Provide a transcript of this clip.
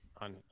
on